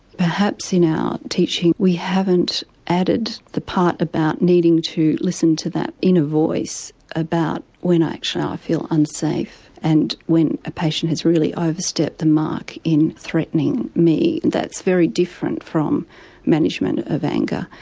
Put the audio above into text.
perhaps in our teaching we haven't added the part about needing to listen to that inner voice about when actually i feel unsafe and when a patient has really overstepped the mark in threatening me. that's very different from management of anger.